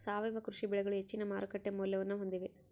ಸಾವಯವ ಕೃಷಿ ಬೆಳೆಗಳು ಹೆಚ್ಚಿನ ಮಾರುಕಟ್ಟೆ ಮೌಲ್ಯವನ್ನ ಹೊಂದಿವೆ